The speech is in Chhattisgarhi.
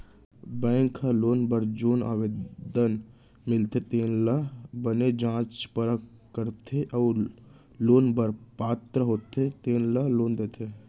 बेंक ह लोन बर जेन आवेदन मिलथे तेन ल बने जाँच परख करथे अउ लोन बर पात्र होथे तेन ल लोन देथे